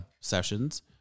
sessions